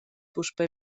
puspei